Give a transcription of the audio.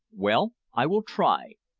well, i will try.